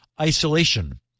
isolation